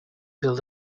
build